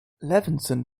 levinson